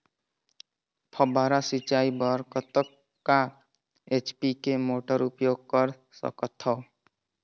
फव्वारा सिंचाई बर कतका एच.पी के मोटर उपयोग कर सकथव?